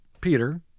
Peter